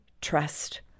trust